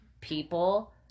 people